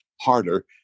harder